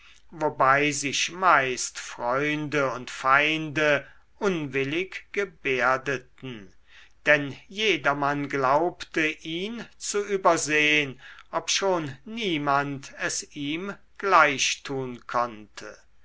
wobei sich meist freunde und feinde unwillig gebärdeten denn jedermann glaubte ihn zu übersehn obschon niemand es ihm gleich tun konnte